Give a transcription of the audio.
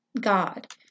God